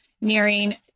nearing